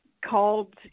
called